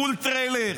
פול-טריילר,